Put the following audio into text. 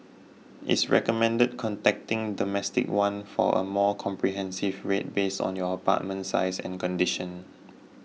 it's recommended contacting Domestic One for a more comprehensive rate based on your apartment size and condition